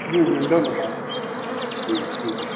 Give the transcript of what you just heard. হুম ধন্যবাদ হুম হুম